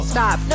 Stop